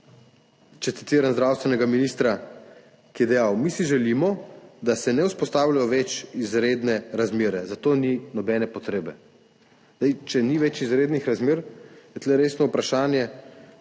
če citiram zdravstvenega ministra, ki je dejal: »Mi si želimo, da se ne vzpostavljajo več izredne razmere, za to ni nobene potrebe.« Če ni več izrednih razmer, je tu resno vprašanje,